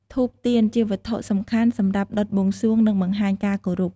ធូប ទៀន ជាវត្ថុសំខាន់សម្រាប់ដុតបួងសួង និងបង្ហាញការគោរព។